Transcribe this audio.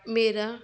ਮੇਰਾ